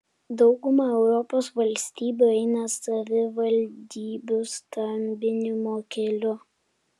dauguma europos valstybių eina savivaldybių stambinimo keliu